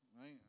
right